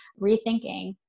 rethinking